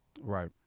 Right